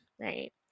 Right